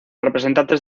representantes